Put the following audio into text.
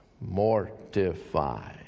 mortify